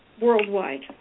worldwide